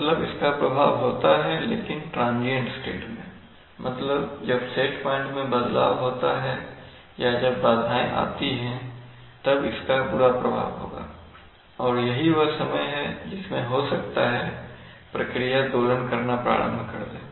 मतलब इसका प्रभाव होता है लेकिन ट्रांजियंट स्टेट में मतलब जब सेट प्वाइंट में बदलाव होता है या जब बाधाएं आती हैं तब इसका बुरा प्रभाव होगा और यही वह समय है जिसमें हो सकता है प्रक्रिया दोलन करना प्रारंभ कर दें